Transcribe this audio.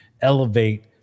elevate